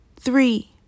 Three